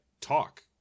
talk